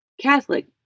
Catholic